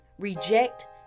Reject